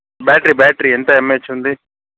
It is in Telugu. బ్యాటరీ బ్యాటరీ ఎంత ఎంఏహెచ్ ఉంది